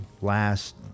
last